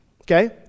okay